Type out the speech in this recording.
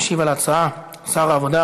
משיב על ההצעה שר העבודה,